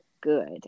good